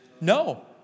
no